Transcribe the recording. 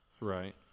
Right